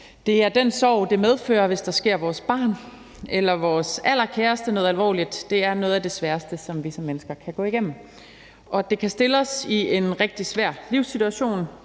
Den sorg, det medfører, hvis der sker vores barn eller vores allerkæreste noget alvorligt, er noget af det sværeste, som vi som mennesker kan gå igennem. Det kan stille os i en rigtig svær livssituation,